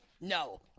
no